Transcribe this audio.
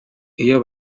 iyo